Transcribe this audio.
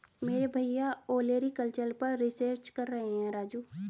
मेरे भैया ओलेरीकल्चर पर रिसर्च कर रहे हैं राजू